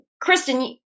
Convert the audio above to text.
Kristen